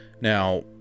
Now